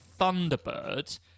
Thunderbird